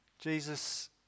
Jesus